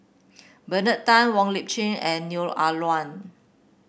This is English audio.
Bernard Tan Wong Lip Chin and Neo Ah Luan